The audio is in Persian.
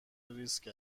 ریسک